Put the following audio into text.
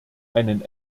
einen